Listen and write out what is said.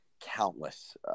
countless